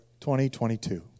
2022